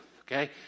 okay